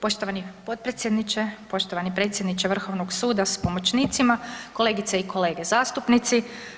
Poštovani potpredsjedniče, poštovani predsjedniče vrhovnog suda s pomoćnicima, kolegice i kolege zastupnici.